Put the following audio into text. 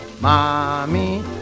mommy